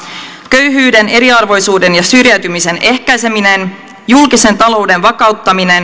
köyhyyden eriarvoisuuden ja syrjäytymisen ehkäiseminen julkisen talouden vakauttaminen